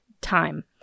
time